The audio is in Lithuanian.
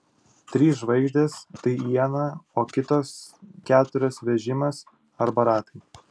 trys žvaigždės tai iena o kitos keturios vežimas arba ratai